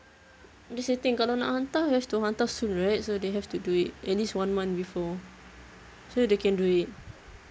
that's the thing kalau nak hantar we have to hantar soon right so they have to do it at least one month before so they can do it